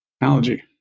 Analogy